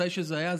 מתי שזה היה,